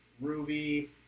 Ruby